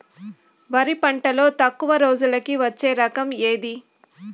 వరి పంటలో తక్కువ రోజులకి వచ్చే రకం ఏది?